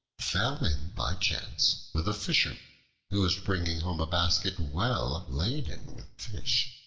fell in by chance with a fisherman who was bringing home a basket well laden with fish.